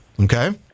okay